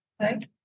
right